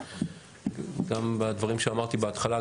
גם בדברים שאמרתי בהתחלה,